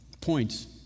points